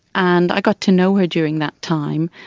and i got to know her during that time.